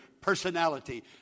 personality